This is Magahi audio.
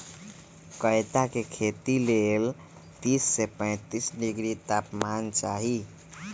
कैता के खेती लेल तीस से पैतिस डिग्री तापमान चाहि